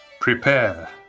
Prepare